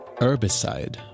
Herbicide